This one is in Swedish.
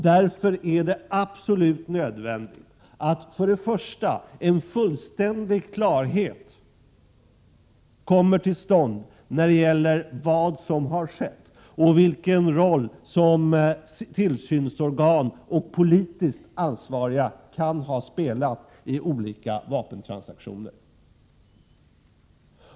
Därför är det absolut nödvändigt att få fullständig klarhet om vad som har skett och vilken roll som tillsynsorgan och politiskt ansvariga kan ha spelat i olika vapentransaktioner.